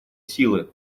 силы